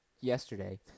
yesterday